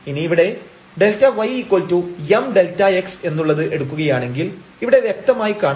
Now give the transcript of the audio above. ഇനി ഇവിടെ ΔymΔx എന്നുള്ളത് എടുക്കുകയാണെങ്കിൽ ഇവിടെ വ്യക്തമായി കാണാം